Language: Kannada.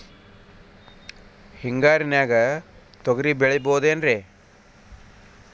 ಹಿಂಗಾರಿನ್ಯಾಗ ತೊಗ್ರಿ ಬೆಳಿಬೊದೇನ್ರೇ?